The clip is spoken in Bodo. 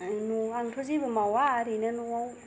आंथ' जेबो मावा ओरैनो न'आव